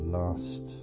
last